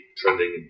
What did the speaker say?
trending